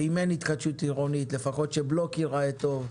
ואם אין התחדשות עירונית אז לפחות שהבלוק ייראה טוב,